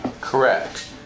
Correct